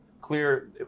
clear